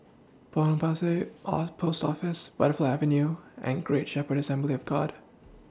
Potong Pasir Post Office Butterfly Avenue and Great Shepherd Assembly of God